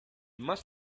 must